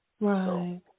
Right